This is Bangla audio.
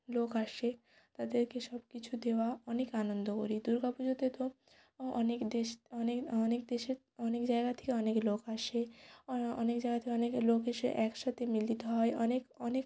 লোক আসে তাদেরকে সব কিছু দেওয়া অনেক আনন্দ করি দুর্গা পুজোতে তো ও অনেক দেশ অনেক অনেক দেশের অনেক জায়গা থেকে অনেক লোক আসে অনেক জায়গা থেকে অনেক লোক এসে একসাথে মিলিত হয় অনেক অনেক